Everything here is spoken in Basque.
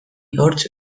hortz